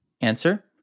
Answer